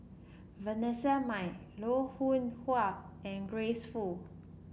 Vanessa Mae Loh Hoong Kwan and Grace Fu